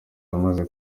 yamaze